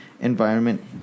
Environment